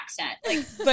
accent